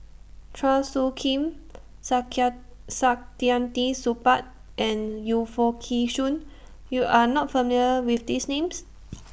Chua Soo Khim Saktiandi Supaat and Yu Foo Kee Shoon YOU Are not familiar with These Names